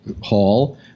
Hall